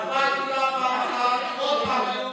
ההצבעה התקבלה פעם אחת.